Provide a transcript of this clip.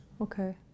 Okay